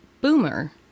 boomer